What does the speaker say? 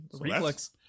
reflex